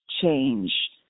change